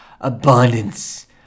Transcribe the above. Abundance